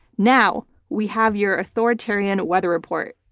now, we have your authoritarian weather report,